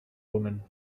woman